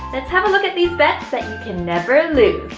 let's have a look at these bets, that you can never lose!